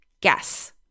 guess